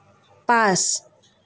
পাঁচ